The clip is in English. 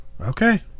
Okay